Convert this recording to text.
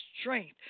strength